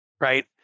right